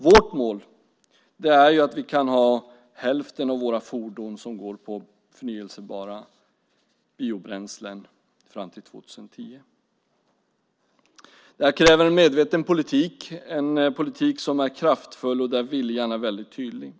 Vårt mål är att hälften av fordonen ska gå på förnybara biobränslen fram till 2010. Det här kräver en medveten politik - en politik som är kraftfull och där viljan är tydlig.